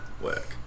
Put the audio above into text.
work